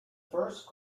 first